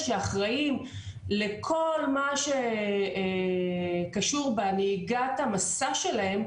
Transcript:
שאחראים לכל מה שקשור בנהיגת המשא שלהם,